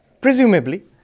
Presumably